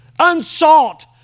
Unsought